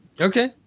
Okay